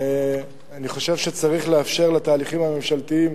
אני חושב שצריך לאפשר לתהליכים הממשלתיים